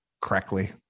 correctly